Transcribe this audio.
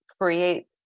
create